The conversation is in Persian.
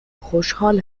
خوشحال